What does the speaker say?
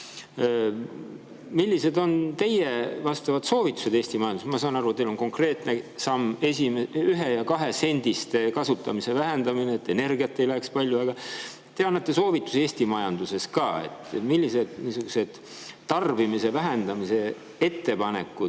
Millised on teie vastavad soovitused Eesti majanduses? Ma saan aru, teil on konkreetne samm 1- ja 2-sendiste kasutamise vähendamine, et energiat läheks vähem. Te annate soovitusi Eesti majanduse kohta ka. Millised tarbimise vähendamise ettepanekud